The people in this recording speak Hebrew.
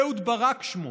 אהוד ברק שמו.